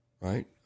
right